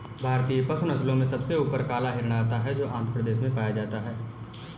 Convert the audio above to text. भारतीय पशु नस्लों में सबसे ऊपर काला हिरण आता है जो आंध्र प्रदेश में पाया जाता है